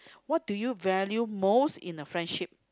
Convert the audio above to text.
what do you value most in a friendship